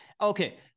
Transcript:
okay